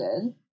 good